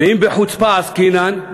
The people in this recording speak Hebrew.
ואם בחוצפה עסקינן,